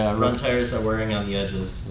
ah front tires are wearing on the edges.